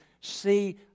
see